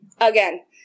again